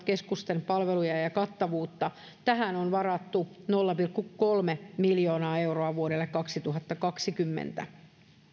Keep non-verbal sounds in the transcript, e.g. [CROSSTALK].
[UNINTELLIGIBLE] keskusten palveluja ja ja kattavuutta tähän on varattu nolla pilkku kolme miljoonaa euroa vuodelle kaksituhattakaksikymmentä